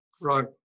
Right